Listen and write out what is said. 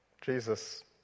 Jesus